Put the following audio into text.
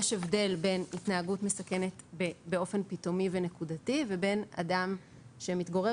יש הבדל בין התנהגות מסכנת באופן פתאומי ונקודתי לבין אדם שמתגורר